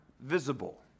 visible